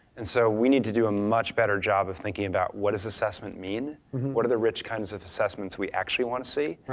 and so we need to do a much better job of thinking about what does assessment mean. what are the rich kinds of assessments we actually want to see,